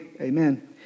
Amen